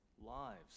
lives